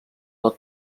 del